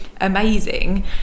amazing